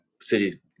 cities